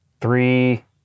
Three